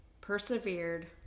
persevered